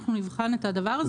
אנחנו נבחן את הדבר הזה,